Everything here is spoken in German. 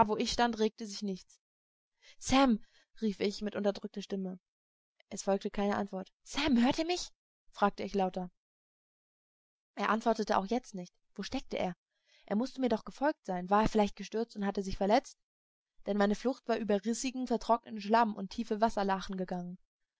wo ich stand regte sich nichts sam rief ich mit unterdrückter stimme es erfolgte keine antwort sam hört ihr mich fragte ich lauter er antwortete auch jetzt nicht wo steckte er er mußte mir doch gefolgt sein war er vielleicht gestürzt und hatte sich verletzt denn meine flucht war über rissigen vertrockneten schlamm und tiefe wasserlachen gegangen